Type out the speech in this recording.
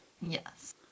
Yes